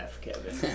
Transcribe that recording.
Kevin